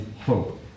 hope